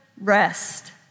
rest